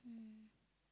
um